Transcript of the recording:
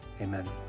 Amen